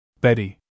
Betty